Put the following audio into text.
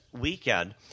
weekend